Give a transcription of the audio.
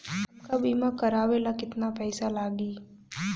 हमका बीमा करावे ला केतना पईसा लागी?